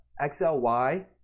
XLY